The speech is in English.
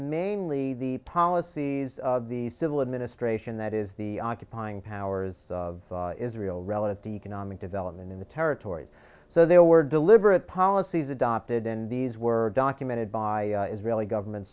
mainly the policies of the civil administration that is the occupying powers of israel relative to economic development in the territories so there were deliberate policies adopted and these were documented by israeli government